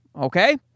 Okay